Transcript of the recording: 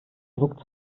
druck